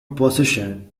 possession